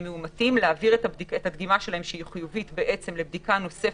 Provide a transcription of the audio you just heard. שהם מאומתים ולהעביר את הבדיקה החיובית שלהם לבדיקה נוספת,